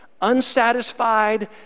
unsatisfied